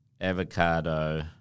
avocado